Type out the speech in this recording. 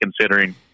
considering